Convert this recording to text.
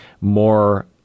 more